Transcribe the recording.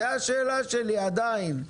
זו השאלה שלי עדיין,